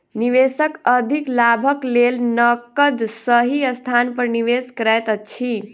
निवेशक अधिक लाभक लेल नकद सही स्थान पर निवेश करैत अछि